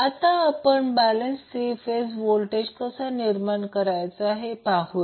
आता आपण balance 3 phase voltage कसा निर्माण करायचा हे पाहूया